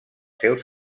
seus